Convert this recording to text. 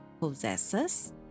possesses